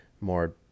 more